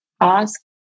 ask